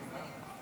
מאוד.